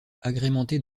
agrémentée